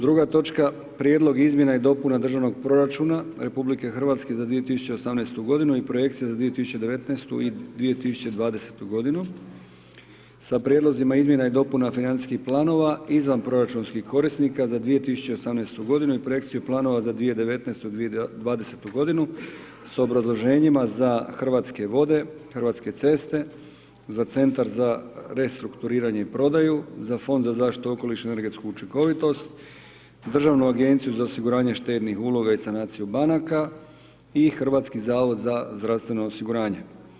Druga točka Prijedlog izmjena i dopuna državnog proračuna Republike Hrvatske za 2018. godinu i projekcija za 2019. i 2020. godinu, sa prijedlozima izmjena i dopuna financijskih planova izvanproračunskih korisnika za 2018. godinu i projekciju planova za 2019. i 2020. godinu, s obrazloženjima za Hrvatske vode, Hrvatske ceste, za Centar za restrukturiranje i prodaju, za Fond za zaštitu okoliša i energetsku učinkovitost, Državnu agenciju za osiguranje štednih uloga i sanaciju banaka i Hrvatski zavod za zdravstveno osiguranje.